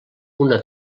una